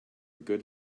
good